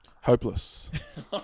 hopeless